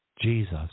Jesus